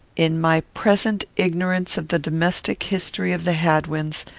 in my present ignorance of the domestic history of the hadwins,